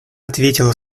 ответила